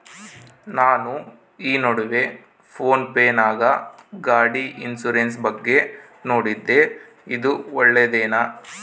ನಾನು ಈ ನಡುವೆ ಫೋನ್ ಪೇ ನಾಗ ಗಾಡಿ ಇನ್ಸುರೆನ್ಸ್ ಬಗ್ಗೆ ನೋಡಿದ್ದೇ ಇದು ಒಳ್ಳೇದೇನಾ?